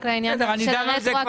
רק לעניין של רטרואקטיביות.